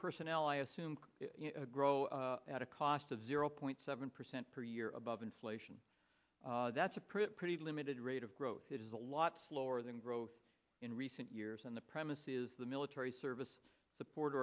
personnel i assume grow at a cost of zero point seven percent per year above inflation that's a pretty limited rate of growth it is a lot slower than growth in recent years and the premises the military service support